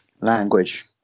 language